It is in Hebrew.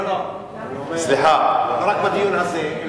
לא רק בדיון הזה.